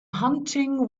hunting